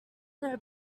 know